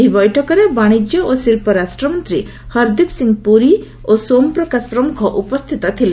ଏହି ବୈଠକରେ ବାଣିଜ୍ୟ ଓ ଶିଳ୍ପ ରାଷ୍ଟ୍ରମନ୍ତ୍ରୀ ହରଦୀପ ସିଂ ପୁରୀ ଓ ସୋମ୍ ପ୍ରକାଶ ପ୍ରମୁଖ ଉପସ୍ଥିତ ଥିଲେ